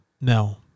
no